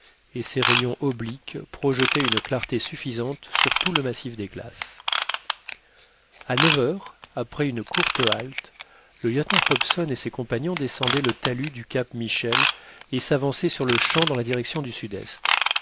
et ses rayons obliques projetaient une clarté suffisante sur tout le massif des glaces à neuf heures après une courte halte le lieutenant hobson et ses compagnons descendaient le talus du cap michel et s'avançaient sur le champ dans la direction du sud-est